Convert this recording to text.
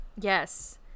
Yes